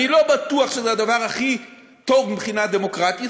אני לא בטוח שזה הדבר הכי טוב מבחינה דמוקרטית,